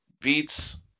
beats